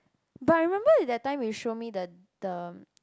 but I remember that time you show me the the